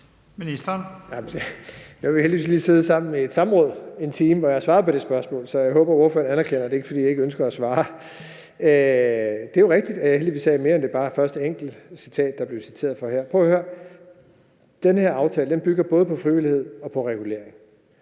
har vi heldigvis lige siddet sammen i et samråd i en time, hvor jeg har svaret på det spørgsmål, så jeg håber, at ordføreren anerkender, at det ikke er, fordi jeg ikke ønsker at svare. Det er jo rigtigt, at jeg heldigvis sagde mere end det første enkelte citat, der blev citeret her. Prøv at høre her: Den her aftale bygger både på frivillighed og på regulering.